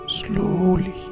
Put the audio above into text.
slowly